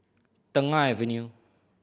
Tengah Avenue